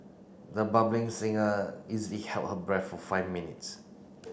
the singer easily held her breath for five minutes